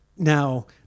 Now